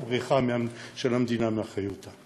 או בריחה של המדינה מאחריות?